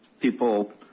people